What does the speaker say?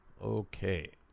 Okay